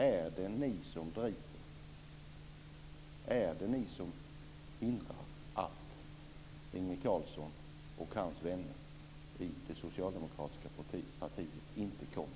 Är det ni som håller tillbaka Inge Carlsson och hans vänner i det socialdemokratiska partiet?